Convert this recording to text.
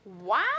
Wow